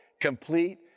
complete